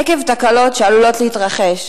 עקב תקלות שעלולות להתרחש,